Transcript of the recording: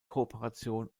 kooperation